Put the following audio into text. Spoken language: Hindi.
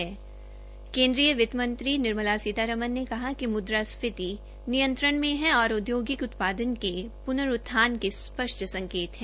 केन्द्रीय वित्त मंत्री निर्मला सीतारमण ने कहा है कि मुद्रा स्फीति नियंत्रण में है और औद्योगिक उत्पादन के पुनर्उत्थान के स्पष्ट संकेत हैं